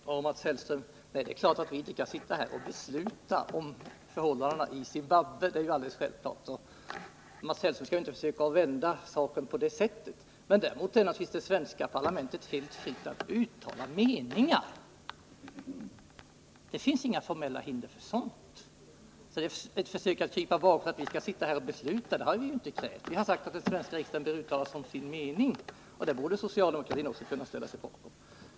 Fru talman! Det är självklart, Mats Hellström, att vi inte skall sitta här och Tisdagen den besluta om förhållandena i Zimbabwe. Mats Hellström skall inte försöka 18 december 1979 vända saken på det sättet. Däremot står det naturligtvis det svenska parlamentet helt fritt att uttala Ökat stöd till meningar. Det finns inga formella hinder för sådant. befrielsekampen Försök alltså inte krypa bakom några uttalanden om att vi skall sitta här —; Södra Afrika och besluta. Det har vi inte krävt. Vi har sagt att den svenska riksdagen bör uttala det här som sin mening, och det borde socialdemokratin också kunna ställa sig bakom.